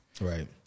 right